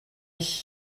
ich